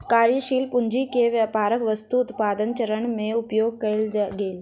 कार्यशील पूंजी के व्यापारक वस्तु उत्पादनक चरण में उपयोग कएल गेल